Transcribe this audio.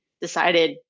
decided